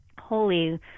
holy